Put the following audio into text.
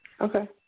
Okay